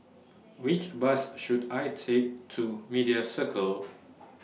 Which Bus should I Take to Media Circle